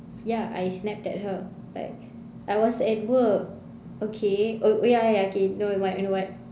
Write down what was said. ya I snapped at her like I was at work okay oh ya ya ya okay you know what you know what